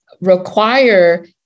require